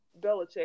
Belichick